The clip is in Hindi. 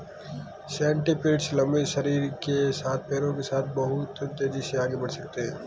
सेंटीपीड्स लंबे शरीर के साथ पैरों के साथ बहुत तेज़ी से आगे बढ़ सकते हैं